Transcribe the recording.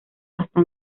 hasta